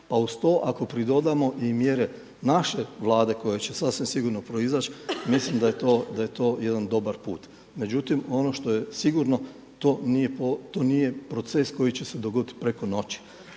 Pa uz to ako pridodamo i mjere naše Vlade koja će sasvim sigurno proizać, mislim da je to jedan dobar put. Međutim, ono što je sigurno, to nije proces koji će se dogoditi preko noći.